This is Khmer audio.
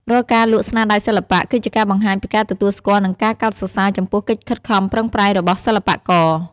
រាល់ការលក់ស្នាដៃសិល្បៈ គឺជាការបង្ហាញពីការទទួលស្គាល់ និងការកោតសរសើរចំពោះកិច្ចខិតខំប្រឹងប្រែងរបស់សិល្បករ។